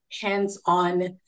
hands-on